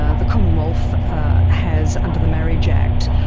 ah the commonwealth has, under the marriage act,